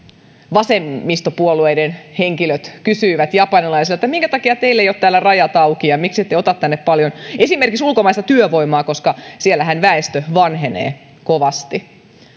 vasemmistopuolueiden henkilöt kysyivät japanilaisilta minkä takia heillä eivät ole siellä rajat auki ja mikseivät he ota tänne paljon esimerkiksi ulkomaista työvoimaa koska siellähän väestö vanhenee kovasti